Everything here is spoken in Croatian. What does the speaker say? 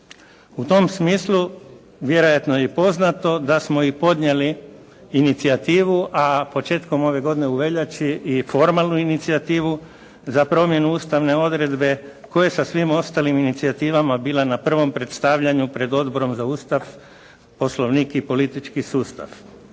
U tom smislu vjerojatno je i poznato da smo i podnijeli inicijativu, a početkom ove godine u veljači i formalnu inicijativu za promjenu ustavne odredbe koja je sa svim ostalim inicijativama bila na prvom predstavljanju pred Odborom za Ustav, Poslovnik i politički sustav.